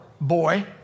boy